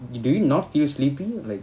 y~ do you not feel sleepy like